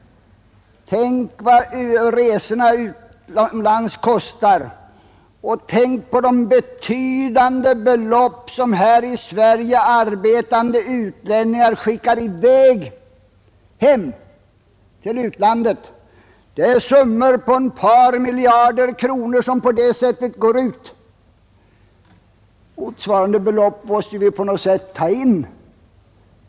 Tänk på vad resorna utomlands kostar och tänk på de betydande belopp som här i Sverige arbetande utlänningar skickar hem till utlandet! Det är summor på ett par miljarder kronor som på det sättet går ut varje år. Motsvarande belopp måste vi på något sätt ta in.